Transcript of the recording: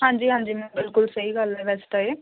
ਹਾਂਜੀ ਹਾਂਜੀ ਮੈਮ ਬਿਲਕੁਲ ਸਹੀ ਗੱਲ ਹੈ ਵੈਸੇ ਤਾਂ ਇਹ